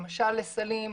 למשל לסלים.